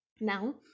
now